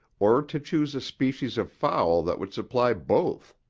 or to choose a species of fowl that would supply both.